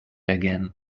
again